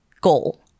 goal